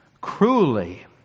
cruelly